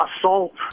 assault